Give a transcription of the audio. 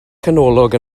canolog